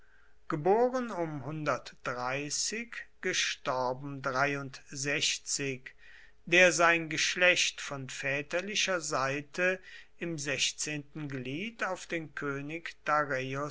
der sein geschlecht von väterlicher seite im sechzehnten glied auf den könig